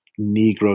Negro